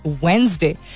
Wednesday